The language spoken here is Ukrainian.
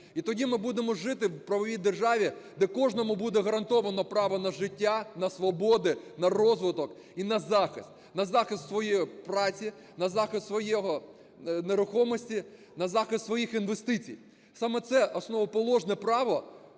І тоді ми будемо жити в правовій державі, де кожному буде гарантоване право на життя, на свободи, на розвиток і на захист. На захист своєї праці, на захист своєї нерухомості, на захист своїх інвестицій. Саме це основоположне право